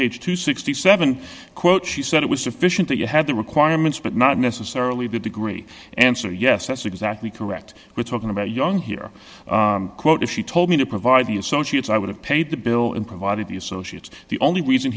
page to sixty seven quote she said it was sufficient that you had the requirements but not necessarily a good degree answer yes that's exactly correct we're talking about young here quote if she told me to provide the associates i would have paid the bill and provided the associates the only reason